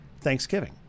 Thanksgiving